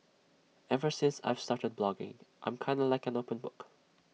ever since I've started blogging I'm kinda like an open book